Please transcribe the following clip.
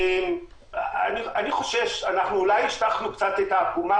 אנחנו אולי השטחנו קצת את העקומה,